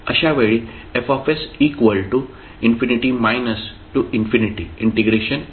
अशावेळी F f